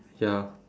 ya